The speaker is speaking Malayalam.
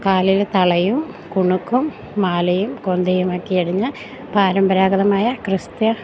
കാലിൽ തളയും കുണുക്കും മാലയും കൊന്തയുമൊക്കെ അണിഞ്ഞ് പരമ്പരാഗതമായ ക്രിസ്ത്യ